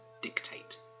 dictate